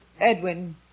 Edwin